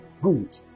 Good